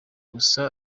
gusa